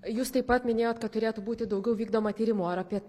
jūs taip pat minėjot kad turėtų būti daugiau vykdoma tyrimų ar apie